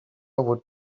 would